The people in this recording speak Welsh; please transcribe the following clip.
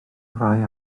rhai